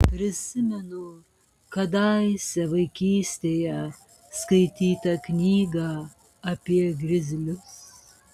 prisimenu kadaise vaikystėje skaitytą knygą apie grizlius